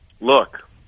look